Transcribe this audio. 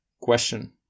question